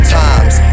times